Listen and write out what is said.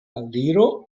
aliro